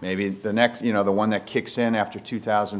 maybe the next you know the one that kicks in after two thousand